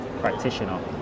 practitioner